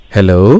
Hello